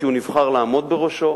כי הוא נבחר לעמוד בראשו,